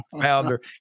founder